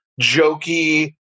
jokey